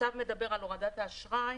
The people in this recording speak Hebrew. הצו מדבר על הורדת האשראי